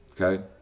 Okay